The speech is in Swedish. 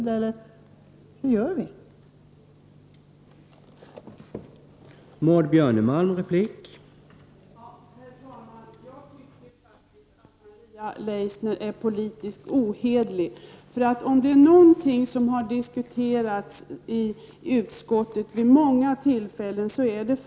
Hur skall vi alltså bära oss åt i detta sammanhang?